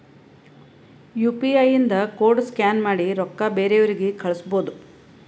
you P I ಇಂದ code scan ಮಾಡಿ ರೊಕ್ಕಾ ಬೇರೆಯವ್ರಿಗಿ ಕಳುಸ್ಬೋದ್